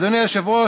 אדוני היושב-ראש,